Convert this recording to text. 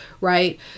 right